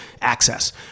access